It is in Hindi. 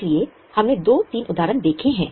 इसलिए हमने दो तीन उदाहरण देखे हैं